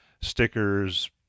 stickers